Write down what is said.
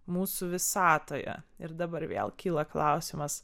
mūsų visatoje ir dabar vėl kyla klausimas